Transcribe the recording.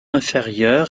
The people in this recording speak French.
inférieur